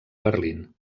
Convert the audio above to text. berlín